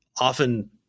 often